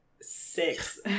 six